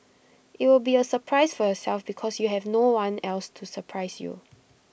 IT will be A surprise for yourself because you have no one else to surprise you